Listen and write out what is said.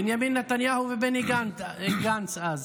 בנימין נתניהו ובני גנץ אז.